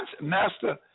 master